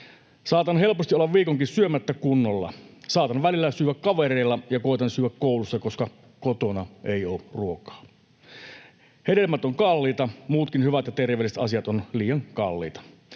Saatan helposti olla viikonki syömättä kunnolla. Saatan välillä syyä kavereilla ja koetan syyä koulussa, koska kotona ei oo ruokaa.” ”Hedelmät on kalliita. Muutkin hyvät ja terveelliset asiat on liian kalliita.”